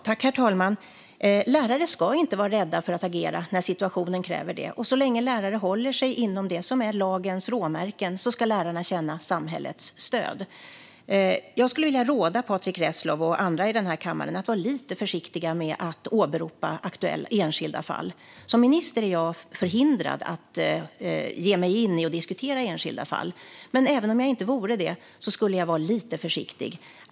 Herr talman! Lärare ska inte vara rädda för att agera när situationen kräver det. Så länge lärarna håller sig inom det som är lagens råmärken ska de känna samhällets stöd. Jag skulle vilja råda Patrick Reslow och andra i denna kammare att vara lite försiktiga med att åberopa enskilda fall. Som minister är jag förhindrad att ge mig in i och diskutera enskilda fall. Men även om jag inte vore det skulle jag vara lite försiktig.